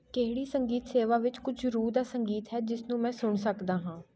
ਕਿਹੜੀ ਸੰਗੀਤ ਸੇਵਾ ਵਿੱਚ ਕੁਝ ਰੂਹ ਦਾ ਸੰਗੀਤ ਹੈ ਜਿਸਨੂੰ ਮੈਂ ਸੁਣ ਸਕਦਾ ਹਾਂ